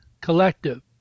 collective